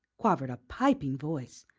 quavered a piping voice.